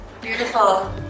Beautiful